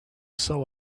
saw